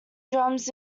drums